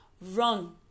run